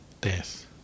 death